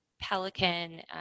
pelican